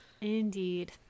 Indeed